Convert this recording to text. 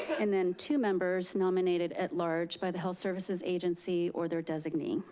and then two members nominated at large by the health services agency or their designate.